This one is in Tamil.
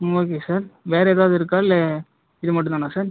ம் ஓகே சார் வேறு எதாவது இருக்கா இல்லை இது மட்டுந்தானா சார்